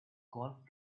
golf